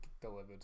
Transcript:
delivered